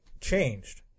changed